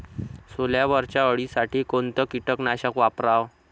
सोल्यावरच्या अळीसाठी कोनतं कीटकनाशक वापराव?